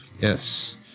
Yes